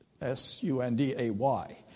S-U-N-D-A-Y